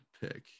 pick